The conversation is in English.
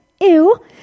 ew